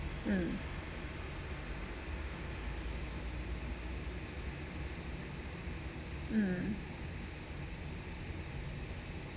mm mm